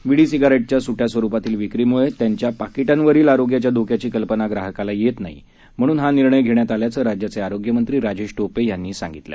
विडी सिगारेटच्या सुट्या स्वरुपातील विक्रीमुळे त्यांच्या पाकीटांवरील आरोग्याच्या धोक्याची कल्पना ग्राहकाला येत नाही म्हणून हा निर्णय घेण्यात आल्याचं राज्याचे आरोग्य मंत्री राजेश टोपे यांनी सांगितलं